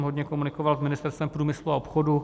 Hodně jsem komunikoval s Ministerstvem průmyslu a obchodu.